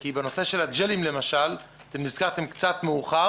כי בנושא של הג'ל למשל נזכרתם קצת מאוחר